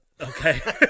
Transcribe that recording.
Okay